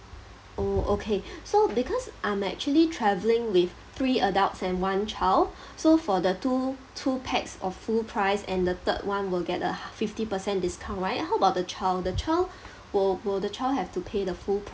oh okay so because I'm actually travelling with three adults and one child so for the two two pax of full price and the third [one] will get a h~ fifty percent discount right how about the child the child will will the child have to pay the full